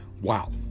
Wow